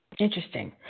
Interesting